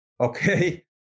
okay